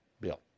Bill